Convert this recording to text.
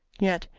yet,